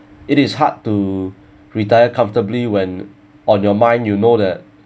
it is hard to retire comfortably when on your mind you know that